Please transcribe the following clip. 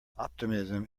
optimism